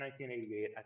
1988